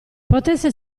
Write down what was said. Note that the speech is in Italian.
potesse